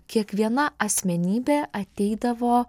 kiekviena asmenybė ateidavo